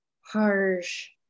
harsh